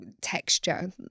texture